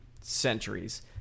centuries